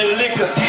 liquor